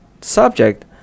subject